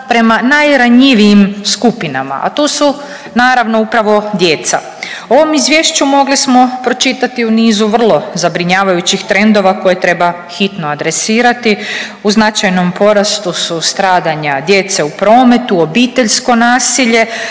prema najranjivijim skupinama, a tu su naravno upravo djeca. U ovom izvješću mogli smo pročitati u nizu vrlo zabrinjavajućih trendova koje treba hitno adresirati, u značajnom porastu su stradanja djece u prometu, obiteljsko nasilje,